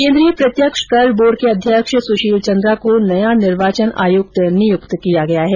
केन्द्रीय प्रत्यक्ष कर बोर्ड के अध्यक्ष सुशील चन्द्रा को नया निर्वाचन आयुक्त नियुक्त किया गया है